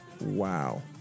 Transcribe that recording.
Wow